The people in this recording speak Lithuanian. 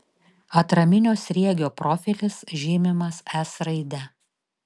atraminio sriegio profilis žymimas s raide